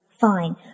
Fine